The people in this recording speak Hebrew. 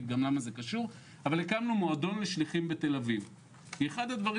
למה זה קשור הקמנו מועדון לשליחים בתל אביב כי אחד הדברים